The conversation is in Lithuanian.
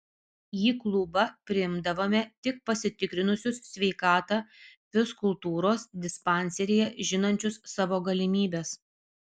į klubą priimdavome tik pasitikrinusius sveikatą fizkultūros dispanseryje žinančius savo galimybes